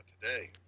today